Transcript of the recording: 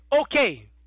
Okay